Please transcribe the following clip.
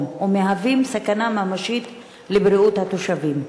ומהווים סכנה ממשית לבריאות התושבים.